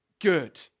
good